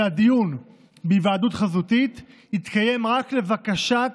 שהדיון בהיוועדות חזותית יתקיים רק לבקשת